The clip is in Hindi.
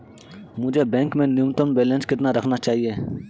मुझे बैंक में न्यूनतम बैलेंस कितना रखना चाहिए?